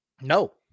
no